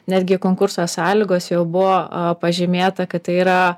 netgi konkurso sąlygos jau buvo pažymėta kad tai yra